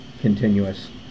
Continuous